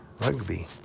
rugby